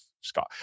scott